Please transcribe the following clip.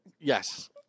Yes